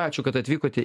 ačiū kad atvykote